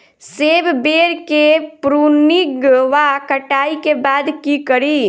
सेब बेर केँ प्रूनिंग वा कटाई केँ बाद की करि?